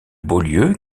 beaulieu